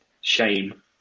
shame